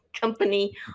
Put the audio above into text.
company